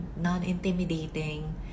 non-intimidating